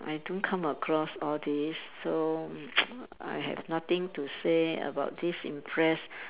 I don't come across all these so I have nothing to say about this impress